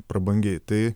prabangiai tai